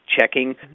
Checking